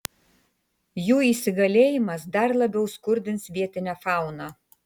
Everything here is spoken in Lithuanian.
jų įsigalėjimas dar labiau skurdins vietinę fauną